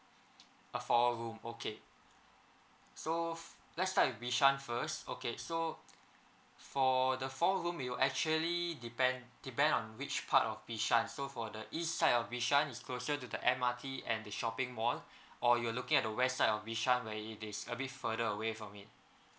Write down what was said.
uh four rooms okay so let's start with bishan first okay so for the four room it will actually depend depend on which part of bishan so for the east side of bishan is closer to the M_R_T and the shopping mall or you're looking at the west side of bishan where it is a bit further away from it